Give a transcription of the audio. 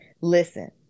listen